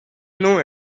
know